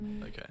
Okay